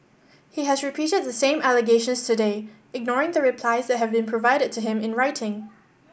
he has repeated the same allegations today ignoring the replies that have been provided to him in writing